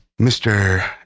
Mr